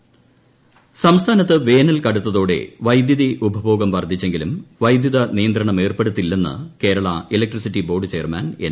വൈദ്യുതി ഇൻട്രോ സംസ്ഥാനത്ത് വേനൽ ക്രിട്ടുത്തോടെ വൈദ്യുതി ഉപഭോഗം വർദ്ധിച്ചെങ്കിലും വൈദ്യുതനിയന്ത്രണം ഏർപ്പെടുത്തില്ലെന്ന് Kerala electricity board chairman N